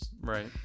Right